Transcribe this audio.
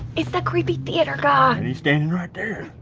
it's that creepy theatre guy. and he's standing right there.